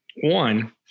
One